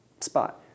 spot